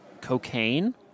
cocaine